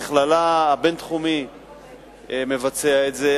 המכללה הבין-תחומית מבצעת את זה,